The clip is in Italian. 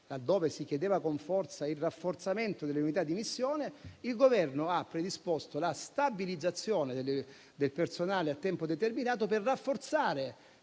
da dove si chiedeva con decisione il rafforzamento delle unità di missione - il Governo ha predisposto la stabilizzazione del personale a tempo determinato per rafforzare